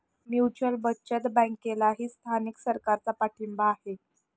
mutual बचत बँकेलाही स्थानिक सरकारचा पाठिंबा आहे